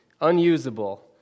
unusable